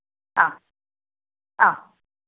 ആ ആ